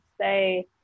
say